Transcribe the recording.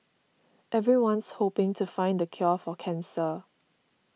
everyone's hoping to find the cure for cancer